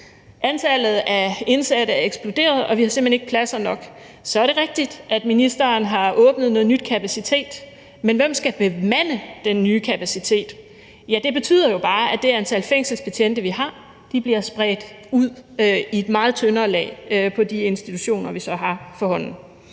Antallet af indsatte er eksploderet, og vi har simpelt hen ikke pladser nok. Så er det rigtigt, at ministeren har åbnet noget ny kapacitet, men hvem skal bemande den nye kapacitet? Ja, det betyder jo bare, at det antal fængselsbetjente, vi har, bliver spredt ud i et meget tyndere lag på de institutioner, vi så har forhånden.